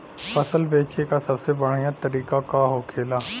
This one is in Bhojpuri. फसल बेचे का सबसे बढ़ियां तरीका का होखेला?